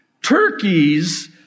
Turkey's